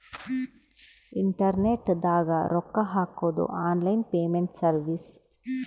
internet ದಾಗ ರೊಕ್ಕ ಹಾಕೊದು ಆನ್ಲೈನ್ ಪೇಮೆಂಟ್ ಸರ್ವಿಸ್